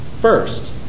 First